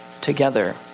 together